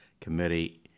Committee